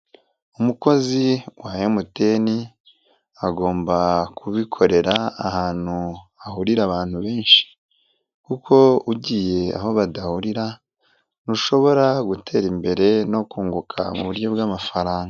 Umukozi wa MTN, agomba kubikorera ahantu hahurira abantu benshi kuko ugiye aho badahurira ntushobora gutera imbere no kunguka muburyo bw'amafaranga.